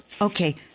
Okay